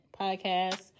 podcast